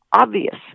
obvious